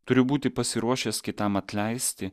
turiu būti pasiruošęs kitam atleisti